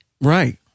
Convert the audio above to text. right